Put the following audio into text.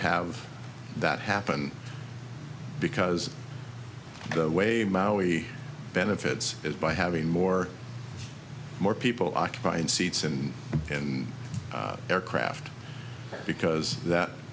have that happen because the way maui benefits it by having more more people occupying seats and in aircraft because that